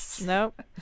Nope